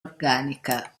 organica